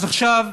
אז עכשיו,